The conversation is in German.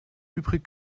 übrig